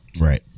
Right